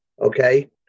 Okay